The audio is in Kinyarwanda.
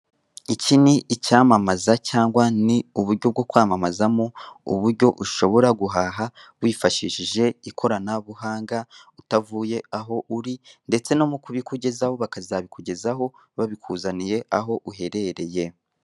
Iki n'icyamamaza cyangwa n'uburyo bwo kwamamazamo, uburyo ushobora guhaha wifashishije ikoranabuhanga, utavuye aho uri ndetse no mu kubikugezaho bakazabikugezaho babikuzaniye aho uherereye.